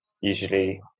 usually